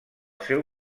seu